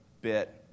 bit